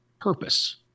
purpose